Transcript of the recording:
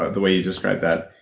ah the way you described that,